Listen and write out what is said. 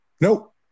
Nope